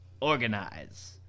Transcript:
Organize